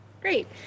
Great